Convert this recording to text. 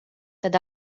tad